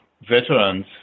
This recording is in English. veterans